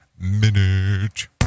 Minute